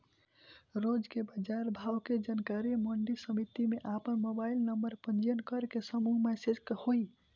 रोज के बाजार भाव के जानकारी मंडी समिति में आपन मोबाइल नंबर पंजीयन करके समूह मैसेज से होई?